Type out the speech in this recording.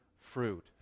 fruit